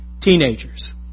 teenagers